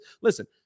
listen